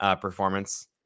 performance